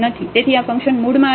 તેથી આ ફંક્શન મૂળમાં અલગ નથી